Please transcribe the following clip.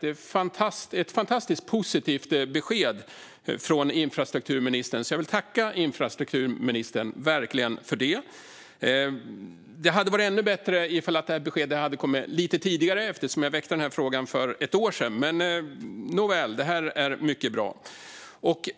Det är ett fantastiskt positivt besked från infrastrukturministern. Jag vill verkligen tacka honom för det. Det hade varit ännu bättre om beskedet hade kommit lite tidigare eftersom jag väckte frågan för ett år sedan. Men nåväl, det här är mycket bra.